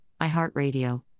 iHeartRadio